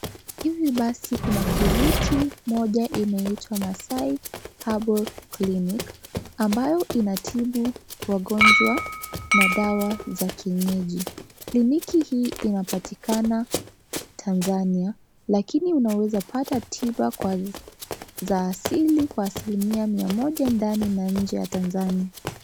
Hivi basi kuna kliniki moja inaitwa Masai Herbal clinic ambayo inatibu magonjwa na dawa za kienyeji, kliniki hii inapatikana Tanzania lakini unaweza pata tiba za asili kwa asilimia mia moja ndani na nje ya Tanzania.